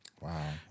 Wow